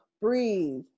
breathe